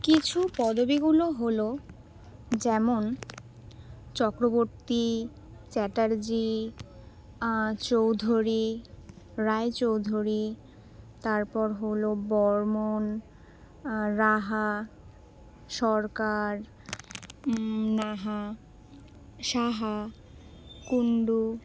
কিছু পদবীগুলো হলো যেমন চক্রবর্তী চ্যাটার্জি চৌধুরী রায়চৌধুরী তারপর হলো বর্মন রাহা সরকার নাহা সাহা কুণ্ডু